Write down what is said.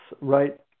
right